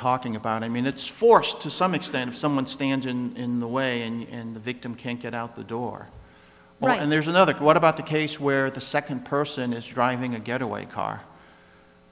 talking about i mean it's forced to some extent if someone stands in the way and the victim can't get out the door right and there's another what about the case where the second person is driving a getaway car